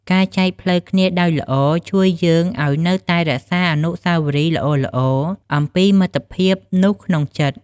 ការចែកផ្លូវគ្នាដោយល្អ ជួយយើងឱ្យនៅតែរក្សាអនុស្សាវរីយ៍ល្អៗអំពីមិត្តភាពនោះក្នុងចិត្ត។